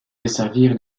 desservir